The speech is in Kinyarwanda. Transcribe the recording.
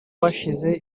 bashize